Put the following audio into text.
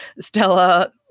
Stella